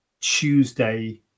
Tuesday